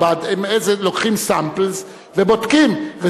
לוקחים samples ובודקים.